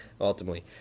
ultimately